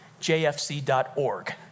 jfc.org